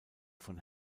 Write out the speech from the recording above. von